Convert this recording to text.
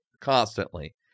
constantly